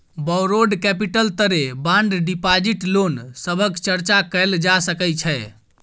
borrowed capital तरे bond deposit loan सभक चर्चा कएल जा सकइ छै